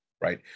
right